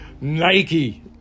Nike